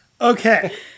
Okay